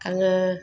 आङो